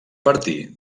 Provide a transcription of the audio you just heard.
partir